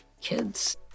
kids